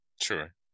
Sure